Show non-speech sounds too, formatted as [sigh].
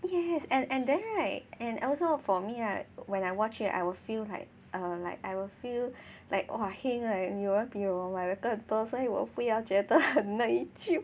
yes and and then right and also for me right when I watch it I will feel like err like I will feel like !wah! heng ah then 有人买比我买得多所以我不要觉得 [laughs] 很内疚